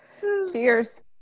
Cheers